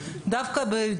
לחלוטין.